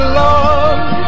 love